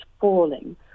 falling